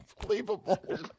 Unbelievable